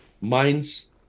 minds